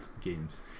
games